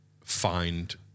find